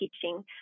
teaching